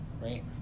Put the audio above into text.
right